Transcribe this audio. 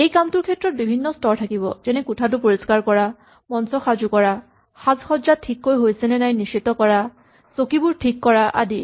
এই কামটোৰ ক্ষেত্ৰত বিভিন্ন স্তৰ থাকিব যেনে কোঠাটো পৰিস্কাৰ কৰা মঞ্চ সাজু কৰা সাজ সজ্জা ঠিককৈ হৈছেনে নাই নিশ্চিত কৰা চকীবোৰ ঠিক কৰা আদি